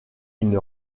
une